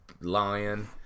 lion